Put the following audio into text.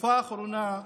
בתקופה האחרונה,